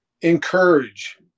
encourage